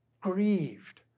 grieved